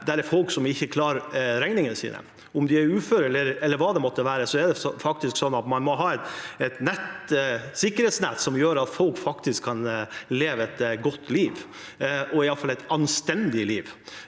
det er folk som ikke klarer regningene sine. Om de er uføre eller hva det måtte være, må man ha et sikkerhetsnett som gjør at folk faktisk kan leve et godt liv, iallfall et anstendig liv.